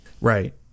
Right